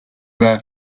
their